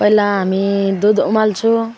पहिला हामी दुध उमाल्छौँ